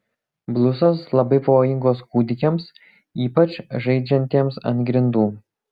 blusos labai pavojingos kūdikiams ypač žaidžiantiems ant grindų